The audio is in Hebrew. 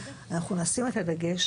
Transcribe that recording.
אנחנו נשים את הדגש